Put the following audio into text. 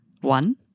one